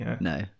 No